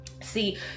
See